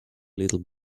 little